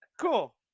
Cool